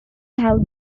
have